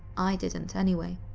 i didn't anyway.